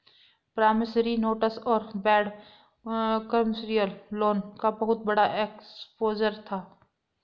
promissory notes और bad commercial loan का बहुत बड़ा एक्सपोजर था